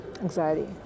anxiety